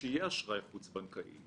ויהיה אשראי חוץ בנקאי,